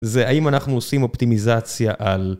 זה האם אנחנו עושים אופטימיזציה על...